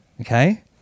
okay